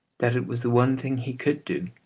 that it was the one thing he could do.